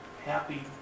happy